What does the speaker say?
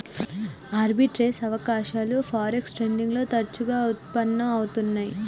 arbitrage అవకాశాలు forex trading లో తరచుగా వుత్పన్నం అవుతున్నై